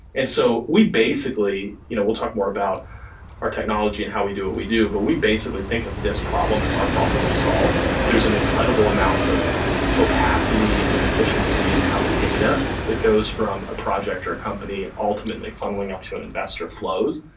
and so we basically you know we'll talk more about our technology and how we do what we do. but we basically think of this problem as our problem to solve. there's an incredible amount of opacity and inefficiency and how the data that goes from a project or a company ultimately funneling up to an investor flows.